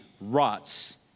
rots